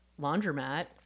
laundromat